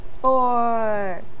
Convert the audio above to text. Four